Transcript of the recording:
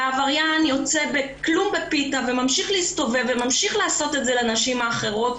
והעבריין יוצא וממשיך להסתובב וממשיך לעשות את זה לנשים אחרות,